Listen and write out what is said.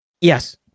yes